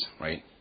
right